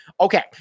Okay